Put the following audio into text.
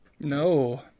No